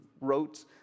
wrote